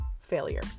failure